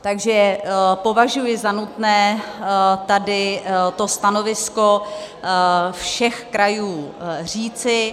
Takže považuji za nutné tady to stanovisko všech krajů říci.